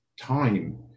time